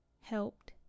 helped